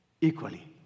equally